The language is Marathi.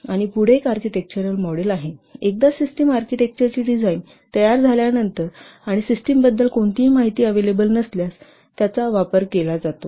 आणि पुढे एक आर्किटेक्चरल मॉडेल आहे एकदा सिस्टम आर्किटेक्चरची डिझाईन तयार झाल्यानंतर आणि सिस्टमबद्दल कोणतीही माहिती अव्हेलेबल नसल्यास याचा वापर केला जातो